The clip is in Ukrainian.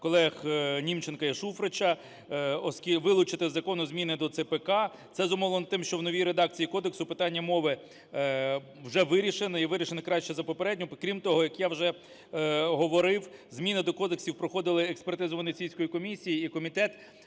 колег Німченка і Шуфрича вилучити з закону зміни до ЦПК. Це зумовлено тим, що в новій редакції кодексу питання мови вже вирішено і вирішено краще за попереднє. Крім того, як я вже говорив, зміни до кодексів проходили експертизу Венеційської комісії. І комітет